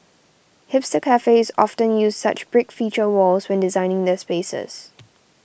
hipster cafes often use such brick feature walls when designing their spaces